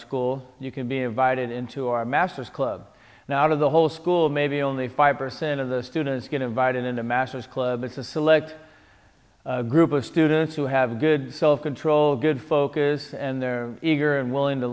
school you can be invited into our masters club now out of the whole school maybe only five percent of the students get invited into masters clubs to select a group of students who have good self control good focus and they're eager and willing to